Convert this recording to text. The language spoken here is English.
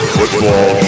football